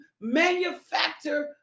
manufacture